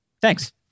Thanks